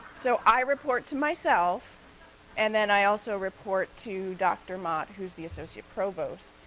so i report to myself and then i also report to dr. mott, who's the associate provost.